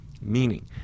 Meaning